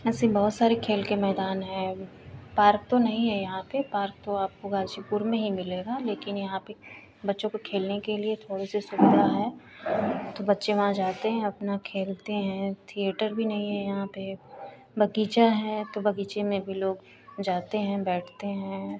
ऐसे बहुत सारे खेल के मैदान हैं पार्क तो नही है यहाँ पर पार्क तो आपको गाजीपुर में ही मिलेगा लेकिन यहाँ पे बच्चों को खेलने के लिए थोड़ी सी सुविधा है तो बच्चे वहाँ जाते हैं अपना खेलते हैं थिएटर भी नही है यहाँ पर बगीचा है तो बगीचे में भी लोग जाते हैं बैठते हैं